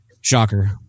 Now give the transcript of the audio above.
Shocker